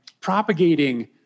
propagating